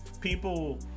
people